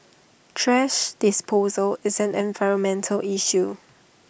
thrash disposal is an environmental issue